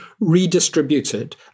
redistributed